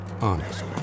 honest